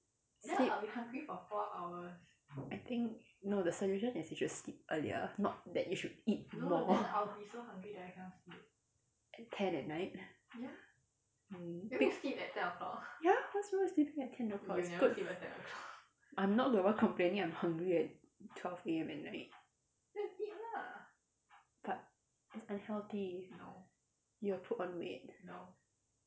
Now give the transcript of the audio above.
sleep I think no the solution is you should sleep earlier not that you should eat more at ten at night hmm ya what's wrong with sleeping at ten o'clock it's good fo~ I'm not the one complaining I'm hungry at twelve A_M at night but it's unhealthy you will put on weight